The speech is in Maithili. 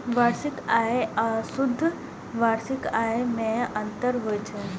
वार्षिक आय आ शुद्ध वार्षिक आय मे अंतर होइ छै